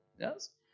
Yes